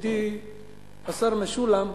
ידידי השר משולם,